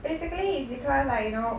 basically it's because like you know